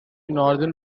northern